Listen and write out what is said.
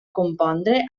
compondre